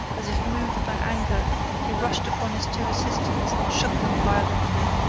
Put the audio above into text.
as if moved by anger, he rushed upon his two assistants and shook them violently.